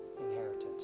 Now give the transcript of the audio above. inheritance